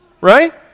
Right